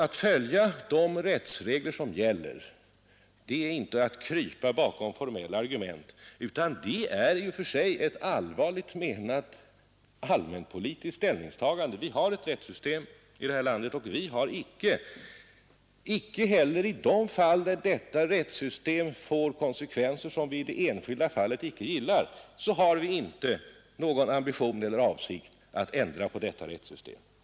Att följa de rättsregler som gäller är inte att krypa bakom formella argument. Det är ett allvarligt menat allmänpolitiskt ställningstagande. Vi har ett rättssystem i det här landet; även om detta rättssystem får konsekvenser som vi i det enskilda fallet inte gillar, har vi icke någon ambition eller avsikt att sätta detta rättssystem ur funktion.